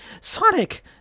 Sonic